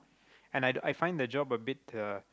and I I find the job a bit uh